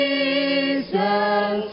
Jesus